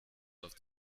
auf